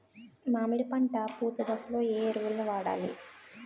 మామిడి పంట పూత దశలో ఏ ఎరువులను వాడాలి?